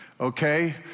okay